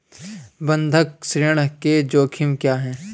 बंधक ऋण के जोखिम क्या हैं?